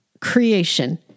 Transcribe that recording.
creation